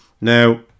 Now